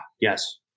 yes